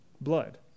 Blood